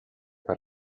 per